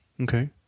Okay